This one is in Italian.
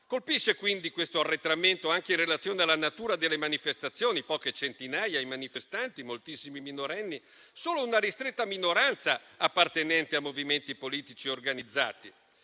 Colpisce quindi questo arretramento anche in relazione alla natura delle manifestazioni: poche centinaia i manifestanti, moltissimi minorenni e solo una ristretta minoranza appartenente a movimenti politici organizzati.